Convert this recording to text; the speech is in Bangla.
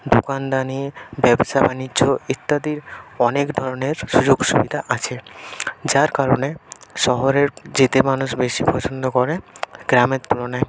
দোকানদারি ব্যবসা বাণিজ্য ইত্যাদির অনেক ধরনের সুযোগ সুবিধা আছে যার কারণে শহরের যেতে মানুষ বেশি পছন্দ করে গ্রামের তুলনায়